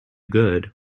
good